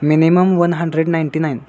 minimum one hundred ninety nine